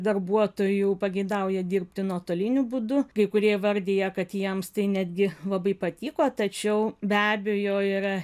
darbuotojų pageidauja dirbti nuotoliniu būdu kai kurie įvardija kad jiems tai netgi labai patiko tačiau be abejo yra